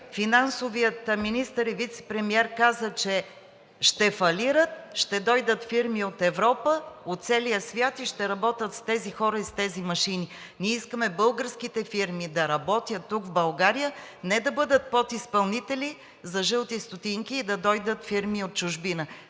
финансовият министър и вицепремиер каза, че ще фалират, ще дойдат фирми от Европа, от целия свят и ще работят с тези хора и с тези машини. Ние искаме българските фирми да работят тук в България, не да бъдат подизпълнители за жълти стотинки и да дойдат фирми от чужбина,